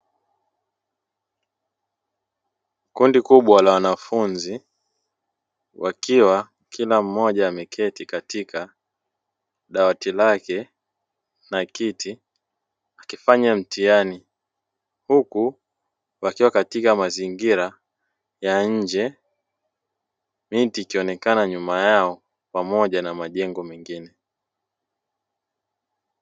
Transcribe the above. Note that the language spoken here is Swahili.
Kundi kubwa la wanafunzi wakiwa kila mmoja ameketi katika dawati lake na kiti akifanya mtihani. Huku wakiwa katika mazingira ya nje, miti ikionekana nyuma yao pamoja na majengo mengine.